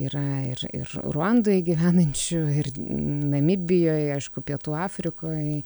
yra ir ir ruandoje gyvenančių ir namibijoj aišku pietų afrikoj